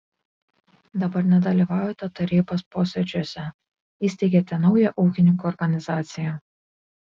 dabar nedalyvaujate tarybos posėdžiuose įsteigėte naują ūkininkų organizaciją